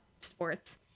sports